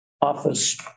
office